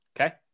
Okay